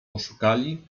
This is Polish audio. oszukali